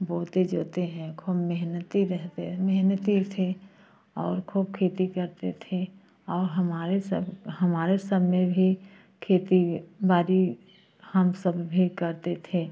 बहुत ही जोते है खूब मेहनती रहते मेहनती थे और खूब खेती करते थे और हमारे सब हमारे सामने में भी खेती बाड़ी हम सब भी करते थे